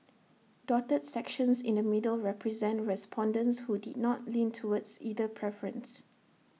dotted sections in the middle represent respondents who did not lean towards either preference